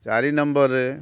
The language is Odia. ଚାରି ନମ୍ବର୍ରେ